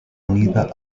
unida